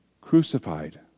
crucified